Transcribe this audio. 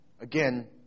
Again